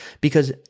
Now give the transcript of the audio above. because-